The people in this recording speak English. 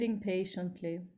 patiently